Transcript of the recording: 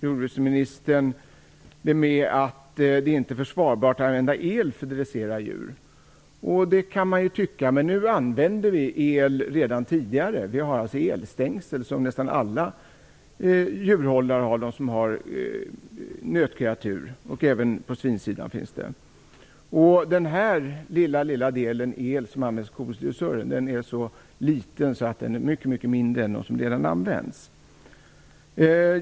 Jordbruksministern motiverar det hela med att det inte är försvarbart att använda el för att dressera djur. Det kan man ju tycka, men nu används det sedan tidigare el. Nästan alla djurägare som har nötkreatur och även svin använder sig av elstängsel. Den lilla del el som används för kodressörer är mycket mindre än den el som redan används.